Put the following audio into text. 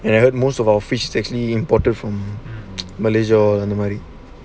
and I heard most of our fish is actually imported from malaysia and all that